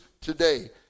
today